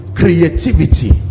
creativity